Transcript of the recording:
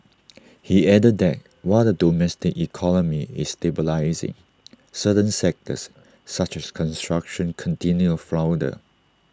he added that while the domestic economy is stabilising certain sectors such as construction continue flounder